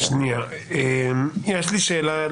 שנייה, יש לי שאלה.